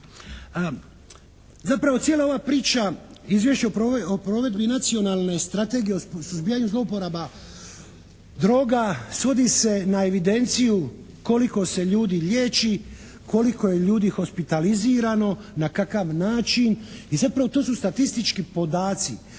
Zapravo cijela ova priča, Izvješće o provedbi nacionalne strategije o suzbijanju zlouporaba droga svodi se na evidenciju koliko se ljudi liječi, koliko je ljudi hospitalizirano, na kakav način i zapravo to su statistički podaci,